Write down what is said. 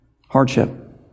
Hardship